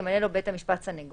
ימנה לו בית המשפט סנגור,